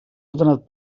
ordenat